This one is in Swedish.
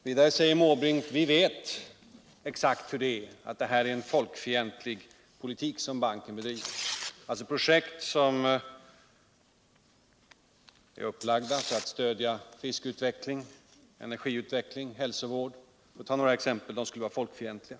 Vidare säger Bertil Måbrink: Vi vet hur det är, att det är en folkfientlig politik som banken bedriver. Alltså skulle projekt som är upplagda för att stödja fiskeutveckling, energiutveckling och hälsovård — för att ta några exempel — vara folkfientliga.